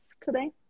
today